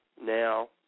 Now